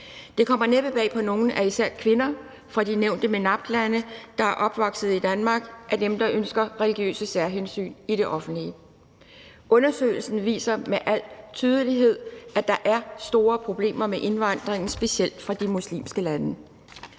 Det kommer næppe bag på nogen, at især kvinder fra de nævnte MENAPT-lande, som er opvokset i Danmark, er dem, der ønsker religiøse særhensyn i det offentlige. Undersøgelsen viser med al tydelighed, at der er store problemer med indvandringen, specielt fra de muslimske lande.